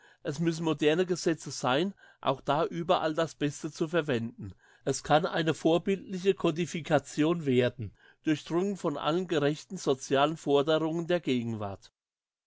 es müssen moderne gesetze sein auch da überall das beste zu verwenden es kann eine vorbildliche codification werden durchdrungen von allen gerechten socialen forderungen der gegenwart